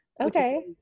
Okay